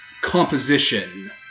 Composition